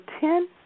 ten